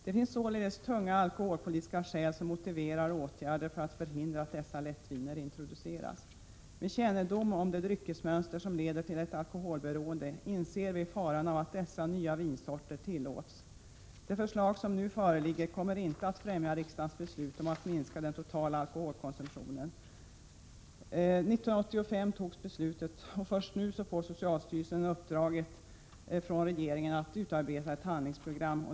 Det finns således tunga alkoholpolitiska skäl som motiverar åtgärder för hindra att dessa lättviner introduceras. Med kännedom om det dryckesmönster som leder till ett alkoholberoende inser vi faran av att dessa nya vinsorter tillåts. Det förslag som nu föreligger kommer inte att främja riksdagens beslut om att minska den totala alkoholkonsumtionen. År 1985 fattades beslutet och först nu får socialstyrelsen i uppdrag av regeringen att utarbeta ett handlingsprogram.